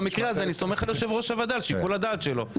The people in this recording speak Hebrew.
במקרה הזה אני סומך על יושב ראש הוועדה ועל שיקול הדעת שלו.